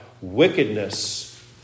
wickedness